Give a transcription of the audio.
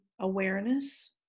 awareness